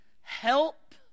help